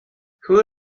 who